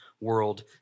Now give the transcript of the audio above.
world